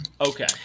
Okay